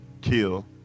kill